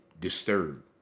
disturbed